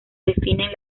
definen